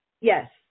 Yes